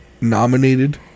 nominated